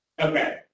Okay